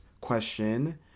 question